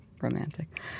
romantic